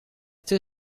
two